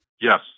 Yes